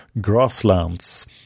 grasslands